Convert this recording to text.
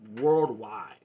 worldwide